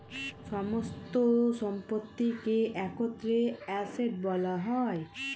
সমস্ত সম্পত্তিকে একত্রে অ্যাসেট্ বলা হয়